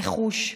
רכוש,